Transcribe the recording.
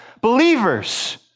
believers